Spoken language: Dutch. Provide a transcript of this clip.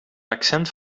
accent